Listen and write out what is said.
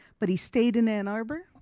but he stayed in ann arbor.